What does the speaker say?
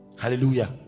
Hallelujah